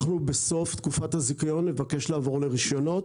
אנחנו בסוף תקופת הזיכיון נבקש לעבור לרישיונות,